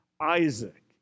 Isaac